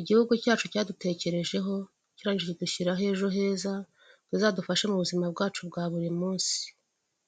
igihugu cyacu cyadutekerejeho kirangije gishyiraho ejo heza, bizadufashe mu buzima bwacu bwa buri munsi.